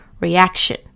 reaction